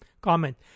Comment